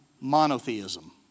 monotheism